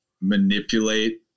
manipulate